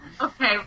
Okay